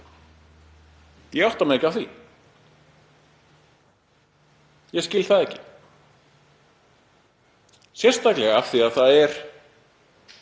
Ég átta mig ekki á því. Ég skil það ekki, sérstaklega af því að það er